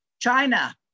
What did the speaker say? China